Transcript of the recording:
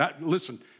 Listen